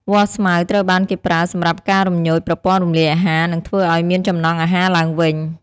វល្លិស្មៅ ត្រូវបានប្រើសម្រាប់ការរំញោចប្រព័ន្ធរំលាយអាហារ និងធ្វើអោយមានចំណង់អាហារឡើងវិញ។